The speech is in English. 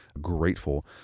grateful